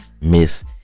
miss